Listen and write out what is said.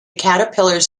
caterpillars